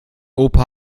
opa